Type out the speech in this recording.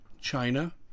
China